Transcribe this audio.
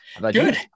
good